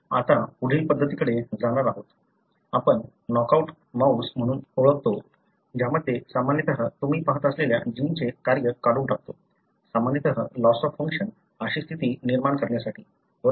आता पुढील पध्दतीकडे जाणार आहात आपण नॉकआउट माऊस म्हणून ओळखतो ज्यामध्ये सामान्यतः तुम्ही पाहत असलेल्या जिनचे कार्य काढून टाकतो सामान्यतः लॉस ऑफ फंक्शन अशी स्थिती निर्माण करण्यासाठी बरोबर